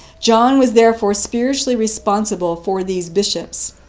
john was therefore spiritually responsible for these bishops.